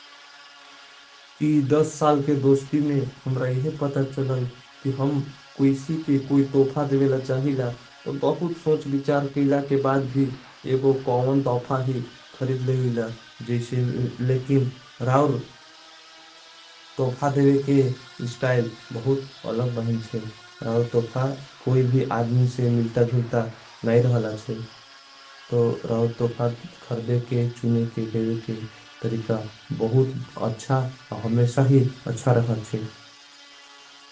इस साल के दोष्टी में हमरा इहे पता चलल कि। हम कोई सी के कोई तोफा देवेला चाहिला तो। बहुत सोंच बिचार केला के बाद भी एगो कौवन। तोफा ही खरिद लेवेला लेकिन राउर तोफा देवे। के स्टाइल बहुत अलग बहिन छे राउर तोफा। कोई भी आद्मिन से मिलता जुलता नहीं रहला। छे तो राउर तोफा खरदे के चुने के देवे के। तरीका बहुत अच्छा हमेशा ही अच्छा रहा छे।